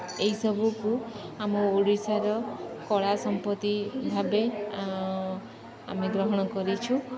ଏହିସବୁକୁ ଆମ ଓଡ଼ିଶାର କଳା ସମ୍ପତ୍ତି ଭାବେ ଆମେ ଗ୍ରହଣ କରିଛୁ